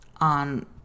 on